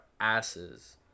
asses